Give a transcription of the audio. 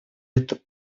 это